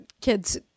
kids